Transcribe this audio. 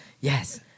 Yes